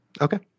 okay